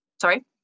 sorry